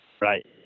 Right